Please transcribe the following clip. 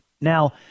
Now